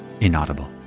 inaudible